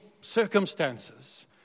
circumstances